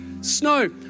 snow